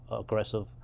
aggressive